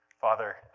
Father